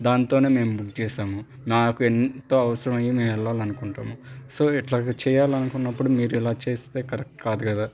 దాంతోనే మేం బుక్ చేసాము నాకు ఎంతో అవసరమయ్యి మేం వెళ్ళాలి అనుకుంటాము సో ఇట్లాగ చెయ్యాలనుకున్నప్పుడు మీరు ఇలా చేస్తే కరెక్ట్ కాదు కదా